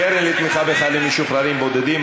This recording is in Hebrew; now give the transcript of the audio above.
קרן לתמיכה בחיילים משוחררים בודדים),